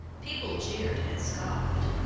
people jeered and scoffed.